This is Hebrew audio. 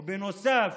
ובנוסף,